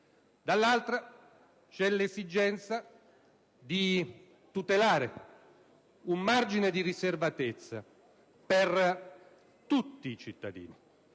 parte, c'è l'esigenza di tutelare un margine di riservatezza per tutti i cittadini.